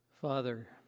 Father